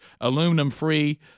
Aluminum-free